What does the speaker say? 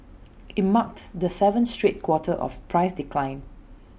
IT marked the seventh straight quarter of price decline